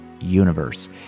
universe